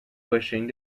wishing